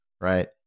right